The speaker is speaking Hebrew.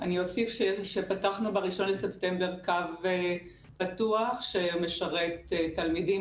אני אוסיף שפתחנו ב-1 בספטמבר קו פתוח שמשרת תלמידים,